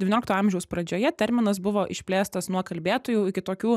devyniolikto amžiaus pradžioje terminas buvo išplėstas nuo kalbėtojų iki tokių